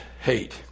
hate